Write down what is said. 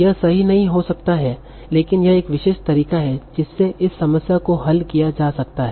यह सही नहीं हो सकता है लेकिन यह एक विशेष तरीका है जिसमें इस समस्या को हल किया जा सकता है